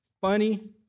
funny